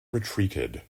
retreated